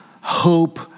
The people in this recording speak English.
hope